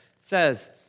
says